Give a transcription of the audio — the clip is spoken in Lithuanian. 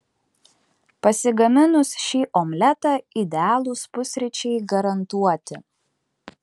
pasigaminus šį omletą idealūs pusryčiai garantuoti